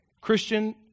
Christian